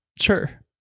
Sure